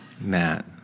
Matt